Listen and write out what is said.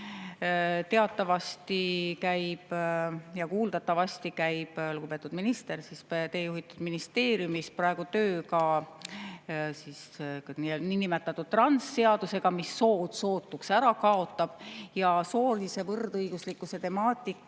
teistsuguse fooni. Kuuldavasti käib, lugupeetud minister, teie juhitud ministeeriumis praegu töö ka niinimetatud transseadusega, mis sood sootuks ära kaotab ja soolise võrdõiguslikkuse temaatika